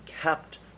kept